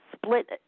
split